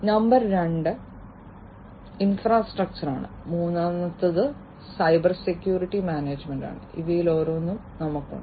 number 2 ഇൻഫ്രാസ്ട്രക്ചറാണ് മൂന്നാം number cyber security മാനേജ്മെന്റാണ് ഇവയിൽ ഓരോന്നും ഞങ്ങൾക്കുണ്ട്